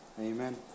Amen